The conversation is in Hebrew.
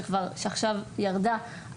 שעכשיו ירדה,